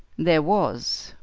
there was.